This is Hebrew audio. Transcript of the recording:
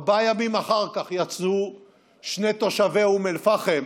ארבעה ימים אחר כך יצאו שני תושבי אום אל-פחם